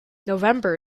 november